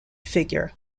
figure